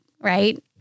right